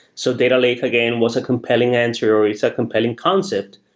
so data lake again was a compelling answer, or is a compelling concept,